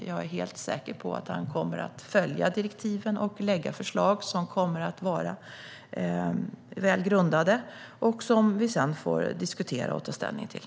Jag är helt säker på att han kommer att följa direktiven och lägga fram förslag som är väl grundade och som vi sedan får diskutera och ta ställning till.